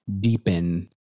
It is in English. deepen